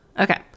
Okay